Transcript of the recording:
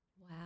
Wow